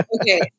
Okay